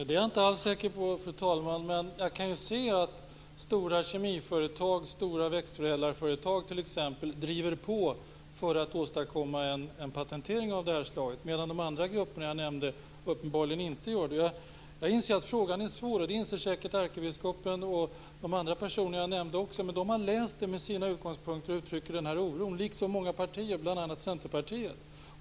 Fru talman! Det är jag inte alls säker på. Men jag kan se att t.ex. stora kemiföretag och växtförädlarföretag driver på för att få patent av det slaget. De andra grupperna jag nämnde gör det inte. Jag inser att frågan är svår. Det inser säkert också ärkebiskopen och de andra nämnda personerna. Men de har läst om detta från deras utgångspunkter och uttrycker en oro - liksom många partier, bl.a. Centerpartiet.